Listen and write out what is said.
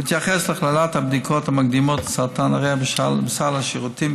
בהתייחס להכללת הבדיקות המקדימות לסרטן הריאה בסל השירותים,